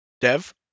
Dev